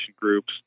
groups